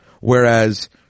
Whereas